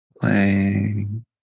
playing